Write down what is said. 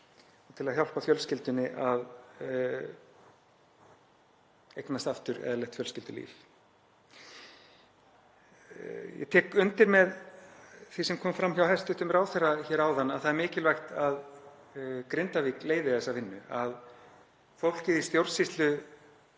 til að hjálpa fjölskyldunni að eignast aftur eðlilegt fjölskyldulíf. Ég tek undir það sem kom fram hjá hæstv. ráðherra áðan að það er mikilvægt að Grindavík leiði þessa vinnu, að fólkið í stjórnsýslu